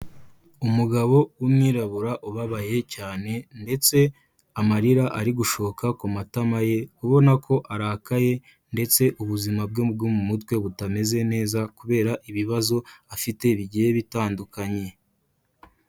Umugabo w'umwirabura ubabaye cyane, ndetse amarira ari gushoka ku matama ye ubona ko arakaye, ndetse ubuzima bwe bwo mu mutwe butameze neza kubera ibibazo afite bigiye bitandukanye.